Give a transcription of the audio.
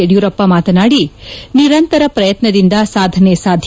ಯಡಿಯೂರಪ್ಪ ಮಾತನಾಡಿ ನಿರಂತರ ಪ್ರಯತ್ನದಿಂದ ಸಾಧನೆ ಸಾಧ್ಯ